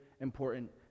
important